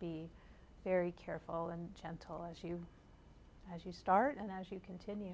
be very careful and gentle as you as you start and as you continue